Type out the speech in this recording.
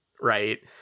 right